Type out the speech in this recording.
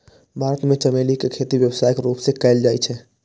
भारत मे चमेली के खेती व्यावसायिक रूप सं कैल जाइ छै